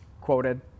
quoted